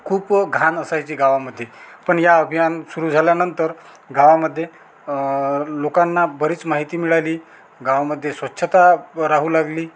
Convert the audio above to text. खूप घाण असायची गावामध्ये पण या अभियान सुरू झाल्यानंतर गावामध्ये लोकांना बरीच माहिती मिळाली गावामध्ये स्वच्छता राहू लागली